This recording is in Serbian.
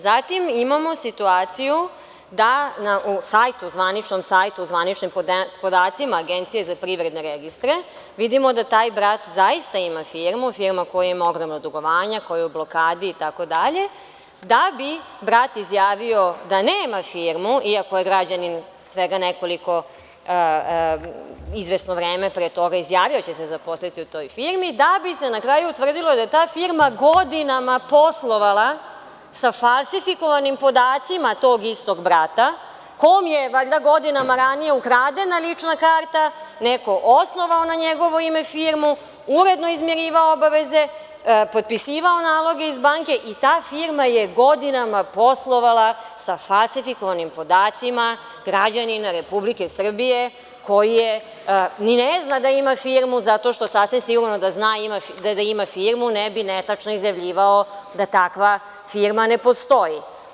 Zatim, imamo situaciju da na zvaničnom sajtu, zvaničnim podacima Agencije za privredne registre vidimo da taj brat, zaista ima firmu, firma koja ima ogromna dugovanja, koja je u blokadi itd. da bi brat izjavio da nema firmu i ako je građanin svega nekoliko, izvesno vreme pre toga, izjavio da će se zaposliti u toj firmi, da bi se na kraju utvrdilo da ta firma godinama poslovala sa falsifikovanim podacima tog istog brata, kom je valjda godinama ranije ukradena lična karta, neko osnovao na njegovo ime firmu, uredno izmirivao obaveze, potpisivao naloge iz banke i ta firma je godinama poslovala sa falsifikovanim podacima građanina Republike Srbije, koji ni ne zna da ima firmu, zato što sasvim sigurno da zna da ima firmu netačno izjavljivao da takva firma ne postoji.